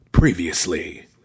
Previously